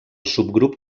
subgrup